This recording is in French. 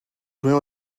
joués